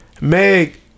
Meg